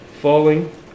falling